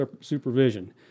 supervision